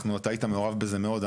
אנחנו, אתה היית מעורב בזה מאוד.